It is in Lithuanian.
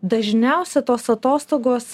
dažniausia tos atostogos